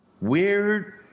Weird